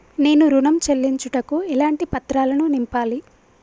నేను ఋణం చెల్లించుటకు ఎలాంటి పత్రాలను నింపాలి?